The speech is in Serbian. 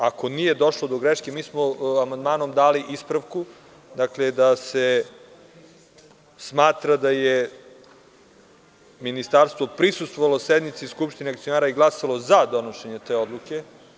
Ako nije došlo do greške, mi smo amandmanom dali ispravku da se smatra da je ministarstvo prisustvovalo sednici skupštine akcionara i glasalo za donošenje te odluke.